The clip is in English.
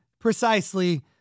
precisely